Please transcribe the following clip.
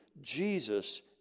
Jesus